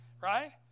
Right